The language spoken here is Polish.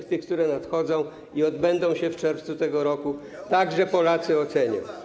W tych, które nadchodzą i odbędą się w czerwcu tego roku, także Polacy to ocenią.